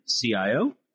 CIO